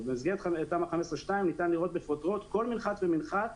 במסגרת תמ"א 15(2) ניתן לראות בפרוטרוט כל מנחת ומנחת